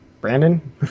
brandon